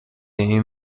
این